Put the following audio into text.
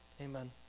Amen